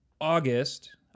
August